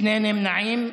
שני נמנעים.